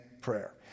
prayer